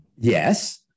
Yes